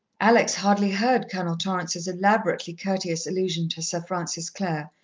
alex hardly heard colonel torrance's elaborately courteous allusion to sir francis clare,